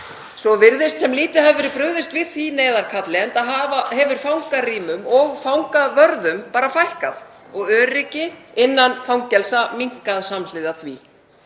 Svo virðist sem lítið hafi verið brugðist við því neyðarkalli enda hefur fangarýmum og fangavörðum bara fækkað og öryggi innan fangelsa minnkað samhliða því.